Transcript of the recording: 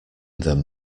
them